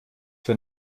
für